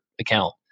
account